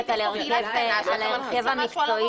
יש פה קהילה קטנה שאתה מנחית לה משהו על